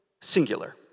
singular